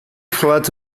flat